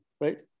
right